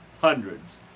Hundreds